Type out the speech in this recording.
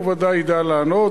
הוא ודאי ידע לענות.